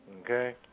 Okay